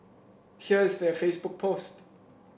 here is their Facebook post